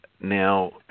Now